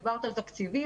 דיברת על תקציבים,